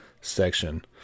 section